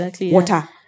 water